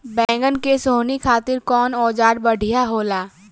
बैगन के सोहनी खातिर कौन औजार बढ़िया होला?